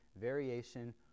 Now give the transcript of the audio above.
variation